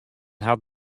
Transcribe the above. hat